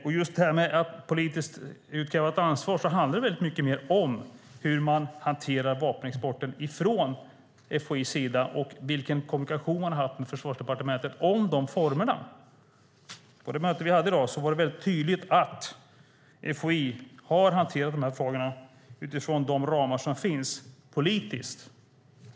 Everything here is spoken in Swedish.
När det gäller att utkräva ett politiskt ansvar handlar det väldigt mycket om hur man hanterar vapenexporten från FOI:s sida och vilken kommunikation man har haft med Försvarsdepartementet om dessa former. På det möte vi hade i dag var det väldigt tydligt att FOI har hanterat dessa frågor utifrån de ramar som finns politiskt.